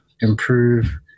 improve